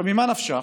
ממה נפשך?